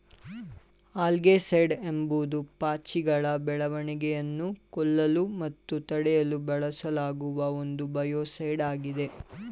algaecide ಎಂಬುದು ಪಾಚಿಗಳ ಬೆಳವಣಿಗೆಯನ್ನು ಕೊಲ್ಲಲು ಮತ್ತು ತಡೆಯಲು ಬಳಸಲಾಗುವ ಒಂದು ಬಯೋಸೈಡ್ ಆಗಿದೆ